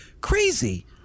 crazy